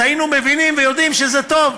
אז היינו מבינים ויודעים שזה טוב.